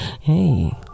hey